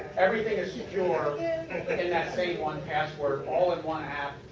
everything is secure. in that same one password, all in one app.